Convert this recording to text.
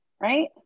Right